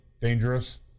dangerous